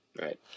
Right